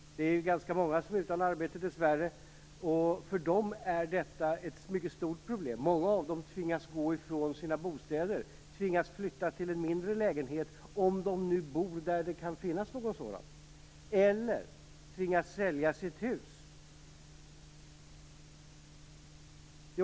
Det är ganska många som är utan arbete dessvärre. För dem är detta ett mycket stort problem. Många av dem tvingas gå från sina bostäder, tvingas flytta till en mindre lägenhet om de nu bor där det kan finnas någon sådan. Eller också tvingas de sälja sina hus.